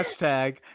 hashtag